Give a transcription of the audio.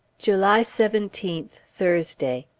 july seventeenth, thursday.